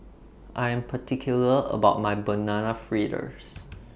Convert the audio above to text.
I Am particular about My Banana Fritters